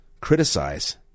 criticize